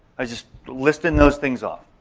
i was just listing those things off.